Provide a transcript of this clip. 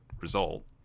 result